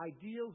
ideals